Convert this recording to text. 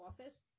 office